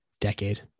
decade